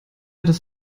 das